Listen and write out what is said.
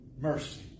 mercy